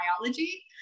biology